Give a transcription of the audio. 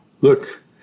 look